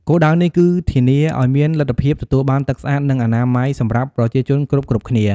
គោលដៅនេះគឺធានាឱ្យមានលទ្ធភាពទទួលបានទឹកស្អាត និងអនាម័យសម្រាប់ប្រជាជនគ្រប់ៗគ្នា។